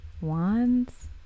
Wands